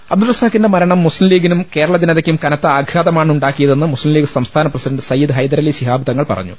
അബ്ദുൾ റസാഖിന്റെ മരണം മുസ്ലീം ലീഗിനും കേരള ജന തയ്ക്കും കനത്ത ആഘാതമാണ് ഉണ്ടാക്കിയതെന്ന് മുസ്ലീം ലീഗ് സംസ്ഥാന പ്രസിഡണ്ട് സയ്യിദ് ഹൈദരലി ശിഹാബ് തങ്ങൾ പറഞ്ഞു